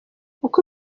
uko